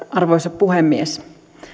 arvoisa puhemies